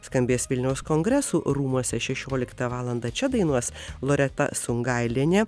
skambės vilniaus kongresų rūmuose šešioliktą valandą čia dainuos loreta sungailienė